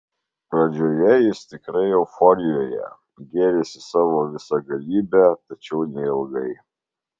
pradžioje jis tikrai euforijoje gėrisi savo visagalybe tačiau neilgai